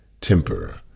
temper